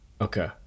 Okay